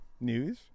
news